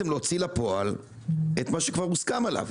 לפועל את מה שכבר הוסכם עליו